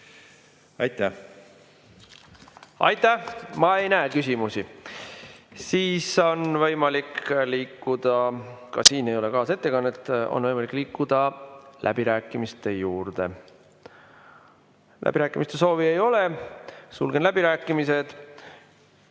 Aitäh! Aitäh! Ma ei näe küsimusi. Siis on võimalik liikuda – ka siin ei ole kaasettekannet – läbirääkimiste juurde. Läbirääkimiste soovi ei ole. Sulgen läbirääkimised.